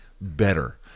better